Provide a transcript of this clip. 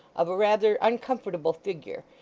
of a rather uncomfortable figure,